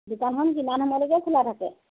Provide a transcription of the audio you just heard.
দোকানখন কিমান সময়লৈকে খোলা থাকে